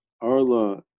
Arla